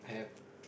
have